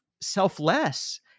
selfless